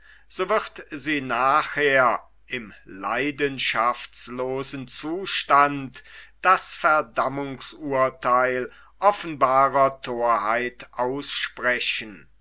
so wird sie nachher im leidenschaftslosen zustand das verdammmgsurtheil offenbarer thorheit aussprechen